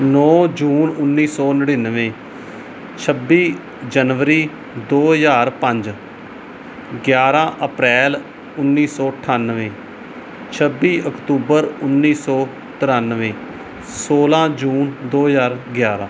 ਨੌ ਜੂਨ ਉੱਨੀ ਸੌ ਨੜਿਨਵੇਂ ਛੱਬੀ ਜਨਵਰੀ ਦੋ ਹਜ਼ਾਰ ਪੰਜ ਗਿਆਰਾਂ ਅਪ੍ਰੈਲ ਉੱਨੀ ਸੌ ਅਠਾਨਵੇਂ ਛੱਬੀ ਅਕਤੂਬਰ ਉੱਨੀ ਸੌ ਤ੍ਰਿਆਨਵੇਂ ਸੋਲ੍ਹਾਂ ਜੂਨ ਦੋ ਹਜ਼ਾਰ ਗਿਆਰਾਂ